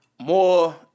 more